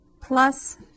plus